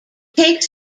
takes